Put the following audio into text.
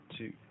two